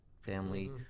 family